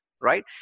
right